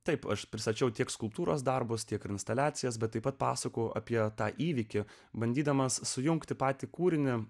taip aš pristačiau tiek skulptūros darbus tiek instaliacijas bet taip pat pasakų apie tą įvykį bandydamas sujungti patį kūrinį